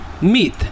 Meet